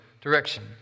direction